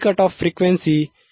15 hertz 159